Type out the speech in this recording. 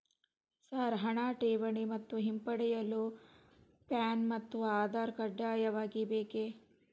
Sir ಹಣ ಠೇವಣಿ ಮತ್ತು ಹಿಂಪಡೆಯಲು ಪ್ಯಾನ್ ಮತ್ತು ಆಧಾರ್ ಕಡ್ಡಾಯವಾಗಿ ಬೇಕೆ?